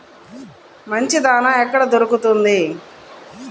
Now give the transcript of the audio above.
మంచి దాణా ఎక్కడ దొరుకుతుంది?